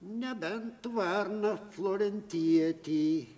nebent varna florentietė